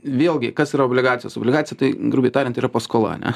vėlgi kas yra obligacijos obligacija tai grubiai tariant yra paskola ane